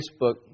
Facebook